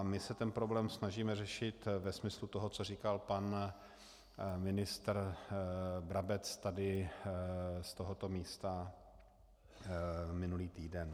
My se ten problém snažíme řešit ve smyslu toho, co říkal pan ministr Brabec tady z tohoto místa minulý týden.